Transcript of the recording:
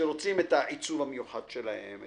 שרוצים את העיצוב המיוחד שלהם,